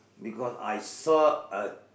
because I saw a